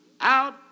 out